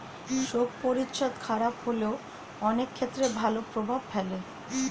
শোক পরিচ্ছদ খারাপ হলেও অনেক ক্ষেত্রে ভালো প্রভাব ফেলে